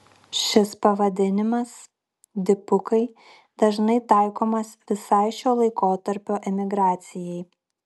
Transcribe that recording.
šis pavadinimas dipukai dažnai taikomas visai šio laikotarpio emigracijai